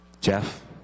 Jeff